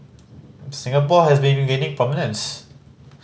Singapore has been gaining prominence